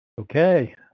Okay